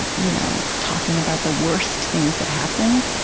ah you know talking about the worst things that happened.